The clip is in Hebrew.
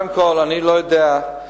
אני לא יודע,